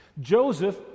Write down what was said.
Joseph